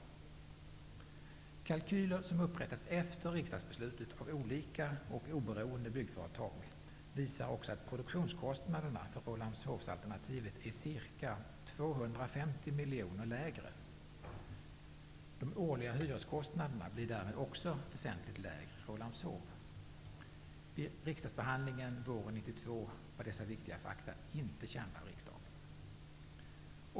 Kalkyler som upprättats efter riksdagsbeslutet av olika oberoende byggföretag visar också att produktionskostnaderna för Rålambshovsalternativet är ca 250 miljoner lägre. De årliga hyreskostnaderna blir därmed också väsentligt lägre i Rålambshov. Vid riksdagsbehandlingen våren 1992 var dessa viktiga fakta inte kända för riksdagen.